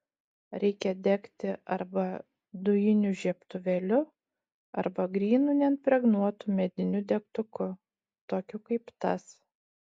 reikia degti arba dujiniu žiebtuvėliu arba grynu neimpregnuotu mediniu degtuku tokiu kaip tas